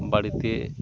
বাড়িতে